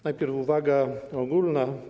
Najpierw uwaga ogólna.